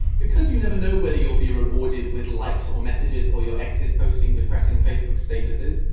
because you never know whether you'll be rewarded with likes or messages, or your exes posting depressing facebook statuses.